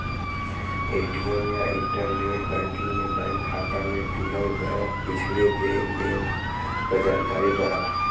ATM या internet banking में bank खाता में किहल गयल पिछले लेन देन क जानकारी रहला